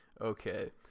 Okay